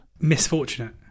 Misfortunate